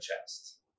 chest